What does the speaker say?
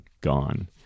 gone